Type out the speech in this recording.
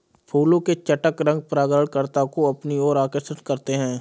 फूलों के चटक रंग परागणकर्ता को अपनी ओर आकर्षक करते हैं